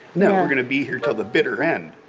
no, we're going to be here till the bitter end.